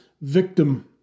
victim